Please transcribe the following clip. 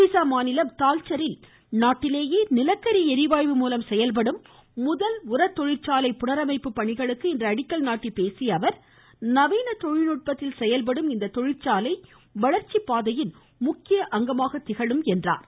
ஒடிசா மாநிலம் தால்ச்சரில் நாட்டிலேயே நிலக்கரி ளிவாயு மூலம் செயல்படும் முதல் உரத் தொழிற்சாலை புனரமைப்பு பணிகளுக்கு இன்று அடிக்கல் நாட்டிப் பேசிய அவர் நவீன தொழில்நுட்பத்தில் செயல்படும் இந்த தொழிற்சாலை வளர்ச்சிப் பாதையின் முக்கிய அங்கமாக திகழும் என்றார்